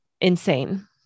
Insane